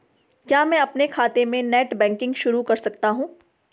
क्या मैं अपने खाते में नेट बैंकिंग शुरू कर सकता हूँ?